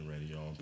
Radio